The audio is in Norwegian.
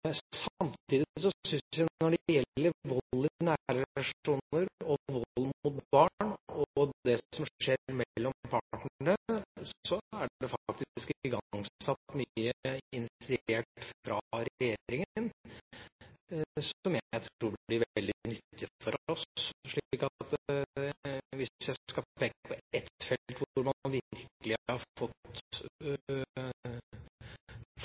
Samtidig syns jeg når det gjelder vold i nære relasjoner, vold mot barn og det som skjer mellom partnere, at det faktisk er igangsatt mye initiert fra regjeringa som jeg tror blir veldig nyttig for oss. Så hvis jeg skal peke på ett felt hvor man virkelig har